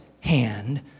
hand